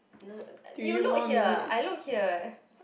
no uh you look here I look here